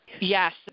Yes